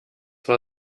war